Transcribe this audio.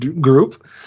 group